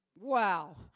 Wow